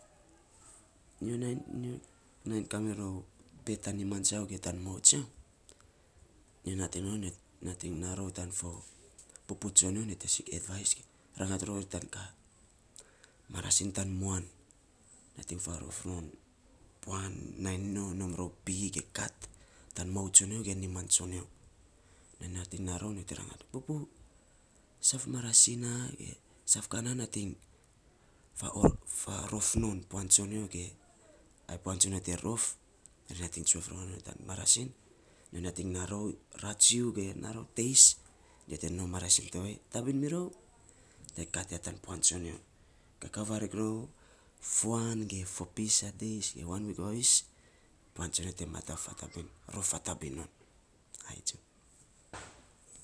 Nyo nainy nyo nainy kamirou pee tan niman tsiau ge tan moun tsiau. Nyo nating tan fo pupu tsonyo nyo te sik advais rangat rori tan ka marasin tan muan, nating faarof non puan nainy nyo nainy nom rou pii ge kat tan moun tsonyo ge niman tsonyo. Nyo nating naa rou, nyo te rangat pupu, sa fmarasin naa pusn ge saf ka na, nating faarof non puan tsonyo ge ai puan tsonyo te rof. Rof nating tsuef ronyo tan marasin, nyo nating naa rou ratsiu ge naa rou teis, nyo te nom marasin tovei tabin mirou nyo te kat ya tan puan tsonyo. Kaa varin rou fuan ge fopis a des ge wan wik vavis, puan tsonyo te rof fatabin non ai tsun.